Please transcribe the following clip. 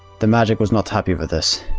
the magic was not happy with this.